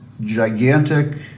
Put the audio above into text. gigantic